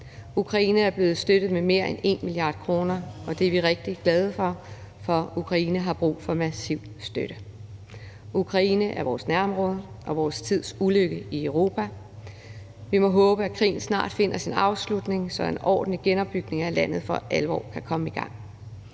Ukraine er blevet støttet med mere end 1 mia. kr., og det er vi rigtig glade for, for Ukraine har brug for massiv støtte. Ukraine er vores nærområde og vor tids ulykke i Europa. Vi må håbe, at krigen snart finder sin afslutning, så en ordentlig genopbygning af landet for alvor kan komme i gang.